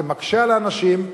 זה מקשה על האנשים,